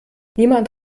niemand